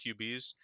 QBs